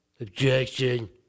Objection